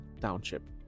township